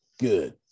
Good